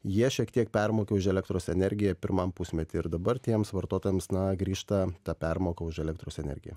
jie šiek tiek permokėjo už elektros energiją pirmam pusmety ir dabar tiems vartotojams na grįžta ta permoka už elektros energiją